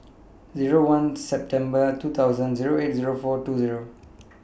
Zero one September two thousand Zero eight Zero four two Zero